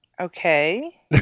Okay